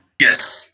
Yes